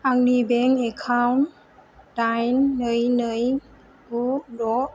आंनि bank account दाइन नै नै गु द'